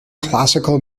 classical